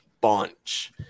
bunch